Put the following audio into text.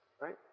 right